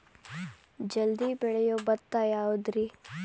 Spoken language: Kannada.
ಜಲ್ದಿ ಬೆಳಿಯೊ ಭತ್ತ ಯಾವುದ್ರೇ?